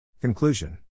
Conclusion